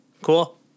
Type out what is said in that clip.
Cool